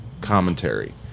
commentary